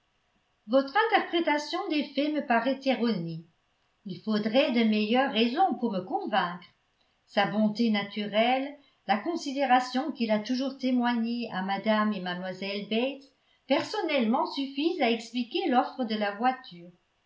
votre interprétation des faits me paraît erronée il faudrait de meilleures raisons pour me convaincre sa bonté naturelle la considération qu'il a toujours témoignée à mme et à mlle bates personnellement suffisent à expliquer l'offre de la voiture